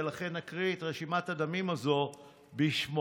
ולכן אקריא את רשימת הדמים הזו בשמו.